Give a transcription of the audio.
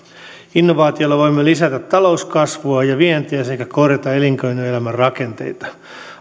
innovaatioilla voimme lisätä talouskasvua ja vientiä sekä korjata elinkeinoelämän rakenteita